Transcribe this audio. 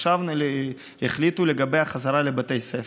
עכשיו החליטו לגבי החזרה לבתי הספר.